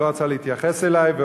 הוא לא רצה להתייחס אליו,